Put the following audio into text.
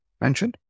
mention